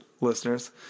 listeners